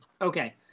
Okay